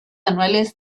anuales